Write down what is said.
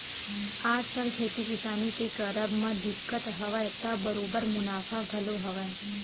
आजकल खेती किसानी के करब म दिक्कत हवय त बरोबर मुनाफा घलो हवय